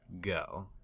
go